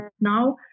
now